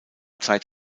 zeit